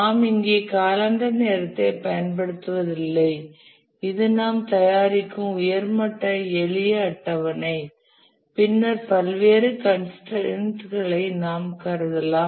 நாம் இங்கே காலெண்டர் நேரத்தைப் பயன்படுத்துவதில்லை இது நாம் தயாரிக்கும் உயர் மட்ட எளிய அட்டவணை பின்னர் பல்வேறு கன்ஸ்டிரன்டுகளை நாம் கருதலாம்